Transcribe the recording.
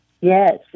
Yes